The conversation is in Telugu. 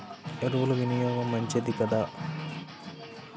ఎరువుల వినియోగం మంచిదా కాదా?